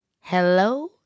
Hello